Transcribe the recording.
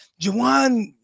Juwan –